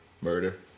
Murder